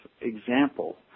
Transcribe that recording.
example